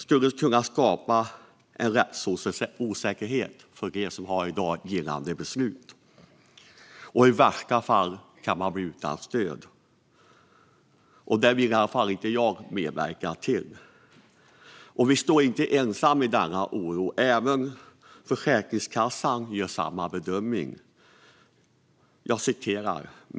Detta kan skapa en rättsosäkerhet för dem som i dag har gällande beslut, och i värsta fall kan de bli utan stöd. Detta vill i alla fall inte jag medverka till. Vi står inte ensamma i denna oro; även Försäkringskassan gör samma bedömning.